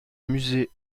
musée